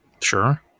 Sure